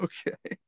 Okay